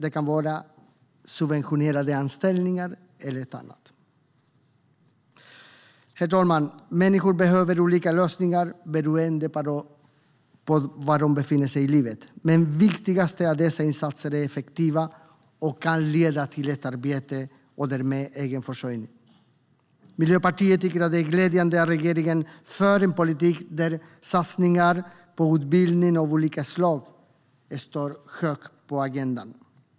Det kan vara subventionerade anställningar eller annat. Människor behöver olika lösningar beroende på var de befinner sig i livet, men viktigast är att dessa insatser är effektiva och kan leda till ett arbete och därmed egen försörjning. Miljöpartiet tycker att det är glädjande att regeringen för en politik där satsningar på utbildning av olika slag står högt på agendan.